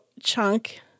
Chunk